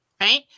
right